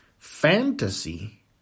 Fantasy